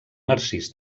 narcís